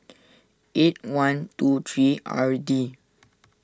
eight one two three R D